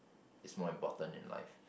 is more important in life